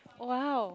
oh !wow!